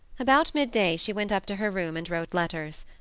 about midday she went up to her room and wrote letters.